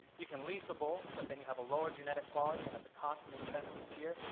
you can lease a bull but then you have a lower genetic quality and it's a constant expense each year,